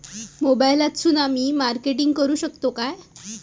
मोबाईलातसून आमी मार्केटिंग करूक शकतू काय?